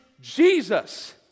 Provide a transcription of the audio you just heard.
Jesus